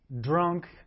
drunk